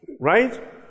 Right